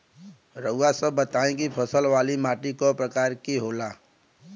रउआ सब बताई कि फसल वाली माटी क प्रकार के होला?